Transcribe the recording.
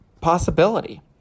possibility